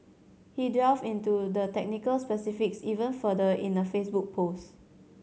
he delved into the technical specifics even further in a Facebook post